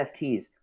NFTs